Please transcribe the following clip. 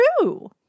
true